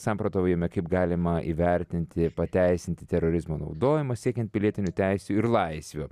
samprotaujame kaip galima įvertinti pateisinti terorizmo naudojamą siekiant pilietinių teisių ir laisvių